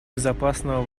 безопасного